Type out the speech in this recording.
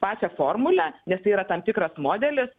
pačią formulę nes tai yra tam tikras modelis